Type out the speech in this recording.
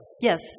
Yes